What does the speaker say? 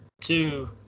two